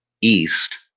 east